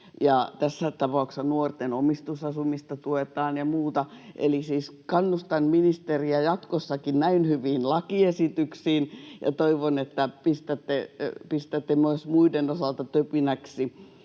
tässä tapauksessa nuorten omistusasumista tuetaan ja muuta. Siis kannustan ministeriä jatkossakin näin hyviin lakiesityksiin ja toivon, että pistätte myös muiden osalta töpinäksi,